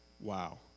wow